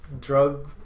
drug